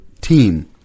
team